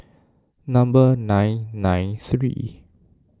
number nine nine three